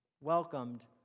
welcomed